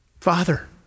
Father